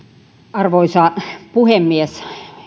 arvoisa puhemies